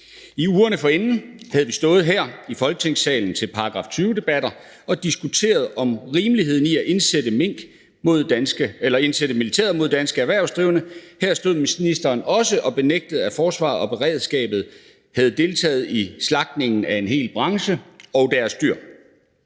I ugerne forinden havde vi stået her i Folketingssalen med § 20-spørgsmål og diskuteret rimeligheden i at indsætte militæret mod danske erhvervsdrivende. Her stod ministeren også og benægtede, at forsvaret og beredskabet havde deltaget i slagtningen af en hel branche og deres dyr.